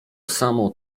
samo